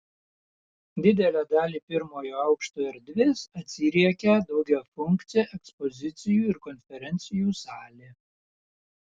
didelę dalį pirmojo aukšto erdvės atsiriekia daugiafunkcė ekspozicijų ir konferencijų salė